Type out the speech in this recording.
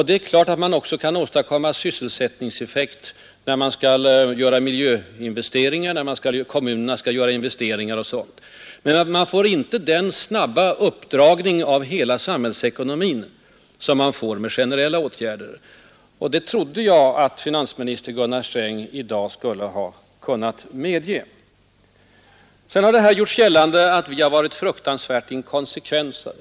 Det är klart att det också kan åstadkommas sysselsättningseffekt med miljöinvesteringar och när kommunerna investerar, men man får inte den snabba uppdragning av hela samhällsekonomin som man får med generella åtgärder, och det trodde jag att finansminister Gunnar Sträng i dag skulle ha kunnat medge. Nr 112 Det har gjorts gällande att vi varit fruktansvärt inkonsekventa.